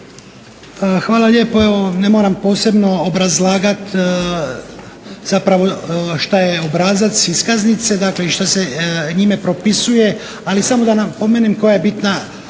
Hvala lijepo. Evo ne moram posebno obrazlagat zapravo što je obrazac iskaznice i što se njime propisuje, ali samo da napomenem koja je bitna